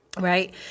Right